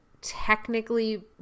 technically